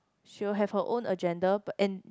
she will have her own agenda and